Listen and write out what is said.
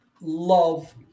love